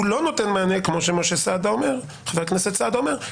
הוא לא נותן מענה כמו שחבר הכנסת סעדה אומר,